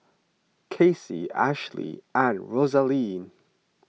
Kacey Ashlee and Rosalee